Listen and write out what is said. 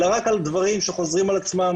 אלא רק על דברים שחוזרים על עצמם,